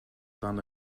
dan